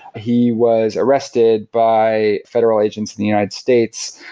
he was arrested by federal agents in the united states.